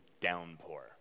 downpour